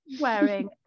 wearing